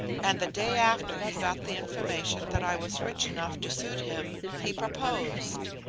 and the day after he got the information that i was rich enough to suit him, he proposed.